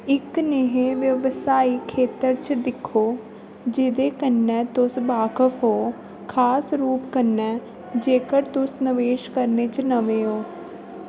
इक नेहे व्यवसाई खेतर च दिक्खो जेह्दे कन्नै तुस बाकफ ओ खास रूप कन्नै जेकर तुस नवेश करने च नमें ओ